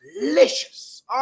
delicious